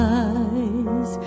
eyes